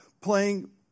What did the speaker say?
playing